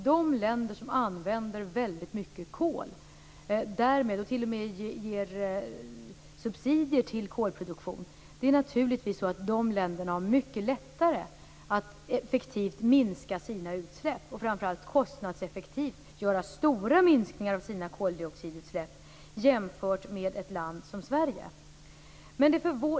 De länder som använder väldigt mycket kol och t.o.m. ger subsidier till kolproduktion har naturligtvis mycket lättare att effektivt minska sina utsläpp, Göte Jonsson. De kan göra större och mer kostnadseffektiva minskningar av sina koldioxidutsläpp än ett land som Sverige.